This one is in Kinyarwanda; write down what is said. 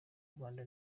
rwanda